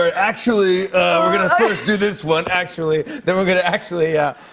ah actually, we're gonna first do this one actually. then we're going to actually yeah.